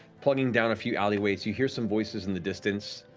plugging down a few alleyways, you hear some voices in the distance,